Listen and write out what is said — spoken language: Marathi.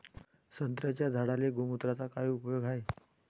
संत्र्याच्या झाडांले गोमूत्राचा काय उपयोग हाये?